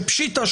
שפשיטא,